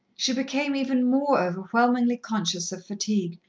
she became even more overwhelmingly conscious of fatigue,